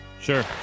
Sure